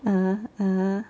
ah ah